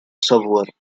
software